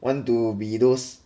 want to be those